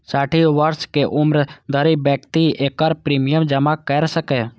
साठि वर्षक उम्र धरि व्यक्ति एकर प्रीमियम जमा कैर सकैए